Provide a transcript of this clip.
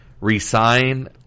re-sign